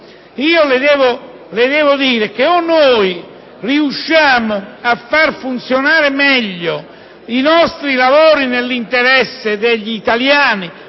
io le devo dire che dobbiamo riuscire a far funzionare meglio i nostri lavori nell'interesse degli italiani,